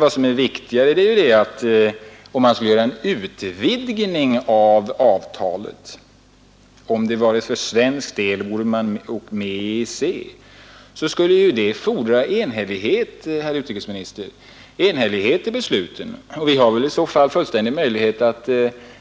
Vad som är av intresse för oss är att om man skulle göra en utvidgning av Romavtalet, om Sverige skulle gå in i EEC, så skulle det fordras enhällighet i besluten, herr utrikesministern. Vi skulle i så fall ha fullständig möjlighet att